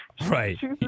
right